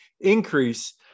increase